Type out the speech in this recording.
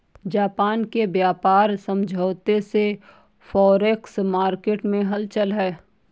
Japan के व्यापार समझौते से फॉरेक्स मार्केट में हलचल है